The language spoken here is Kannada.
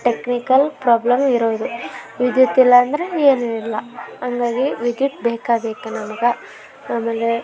ಟೆಕ್ನಿಕಲ್ ಪ್ರಾಬ್ಲಮ್ ಇರೋದು ವಿದ್ಯುತ್ ಇಲ್ಲ ಅಂದರೆ ಏನೂ ಇಲ್ಲ ಹಂಗಾಗಿ ವಿದ್ಯುತ್ ಬೇಕೇ ಬೇಕು ನಮ್ಗೆ ಆಮೇಲೆ